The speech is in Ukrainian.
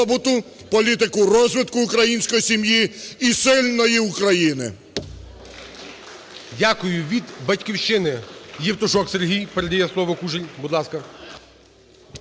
політику розвитку української сім'ї і сильної України.